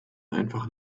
einfach